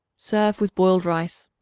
serve with boiled rice.